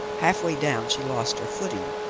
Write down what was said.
half-way down she lost her footing,